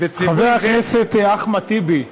חבר הכנסת אחמד טיבי,